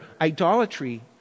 idolatry